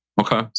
Okay